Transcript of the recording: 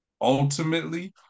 ultimately